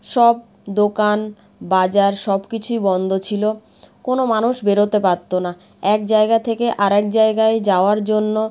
সব দোকান বাজার সব কিছুই বন্ধ ছিলো কোনো মানুষ বেরোতে পারতো না এক জায়গা থেকে আরেক জায়গা যাওয়ার জন্য